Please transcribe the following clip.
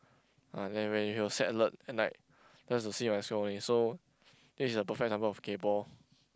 ah then when he will set alert and like just to see my score only so this is a perfect example of kaypoh